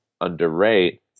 underrate